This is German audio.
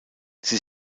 sie